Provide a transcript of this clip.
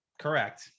correct